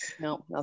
no